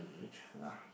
which ya